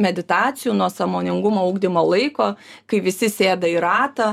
meditacijų nuo sąmoningumo ugdymo laiko kai visi sėda į ratą